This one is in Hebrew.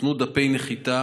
הוכנו דפי נחיתה